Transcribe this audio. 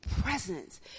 presence